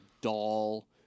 doll